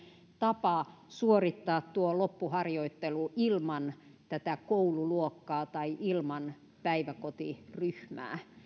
tapa suorittaa tuo loppuharjoittelu ilman tätä koululuokkaa tai ilman päiväkotiryhmää